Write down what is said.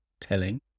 telling